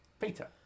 Peter